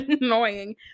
annoying